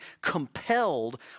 compelled